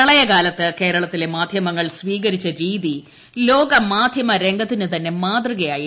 പ്രളയകാലത്ത് കേരളത്തിലെ മാധൃമങ്ങൾ സ്വീകരിച്ച രീതി ലോക മാധ്യമ രംഗത്തിനുതന്നെ മാതൃകയായിരുന്നു